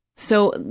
so,